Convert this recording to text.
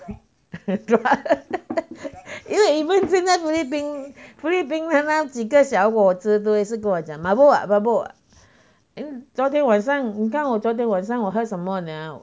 drunk 因为 even 现在菲律宾菲律宾的几个小伙子都也是跟我讲 mabuk ah mabuk then 昨天晚上你看我昨天晚上我喝什么呢